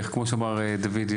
כמו שאמר דוד,